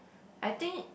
I think